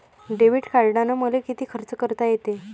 Debit कार्डानं मले किती खर्च करता येते?